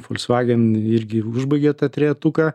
volkswagen irgi užbaigia tą trejetuką